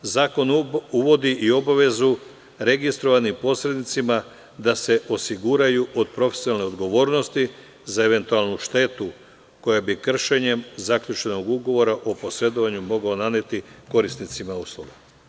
Ujedno zakon uvodi i obavezu registrovanim posrednicima da se osiguraju od profesionalne odgovornosti za eventualnu štetu koja bi kršenjem zaključenog ugovora o posredovanju mogao naneti korisnicima usluga.